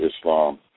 Islam